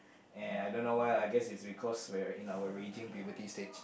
and I don't know why I guess because we're in our arranging puberty stage